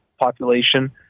population